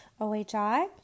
OHI